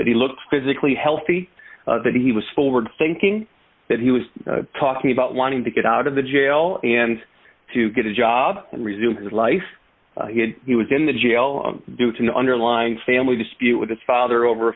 he looked physically healthy that he was forward thinking that he was talking about wanting to get out of the jail and to get a job and resume his life he had he was in the jail due to the underlying family dispute with his father over a